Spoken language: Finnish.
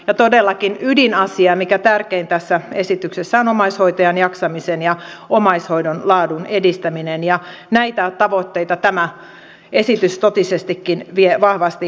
ja todellakin ydinasia mikä on tärkein tässä esityksessä on omaishoitajan jaksamisen ja omaishoidon laadun edistäminen ja näitä tavoitteita tämä esitys totisestikin vie vahvasti eteenpäin